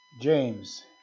James